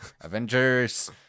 Avengers